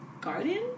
garden